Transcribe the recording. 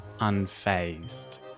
unfazed